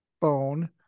phone